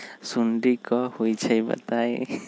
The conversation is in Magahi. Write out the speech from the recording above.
सुडी क होई छई बताई?